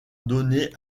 donner